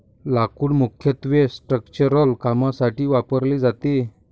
लाकूड मुख्यत्वे स्ट्रक्चरल कामांसाठी वापरले जाते